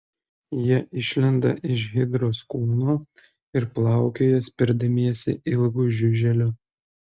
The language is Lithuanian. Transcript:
jie išlenda iš hidros kūno ir plaukioja spirdamiesi ilgu žiuželiu